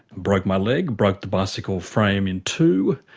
broke my leg, broke the bicycle frame in two,